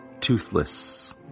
Toothless